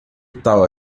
tal